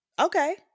okay